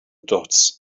dots